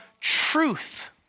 truth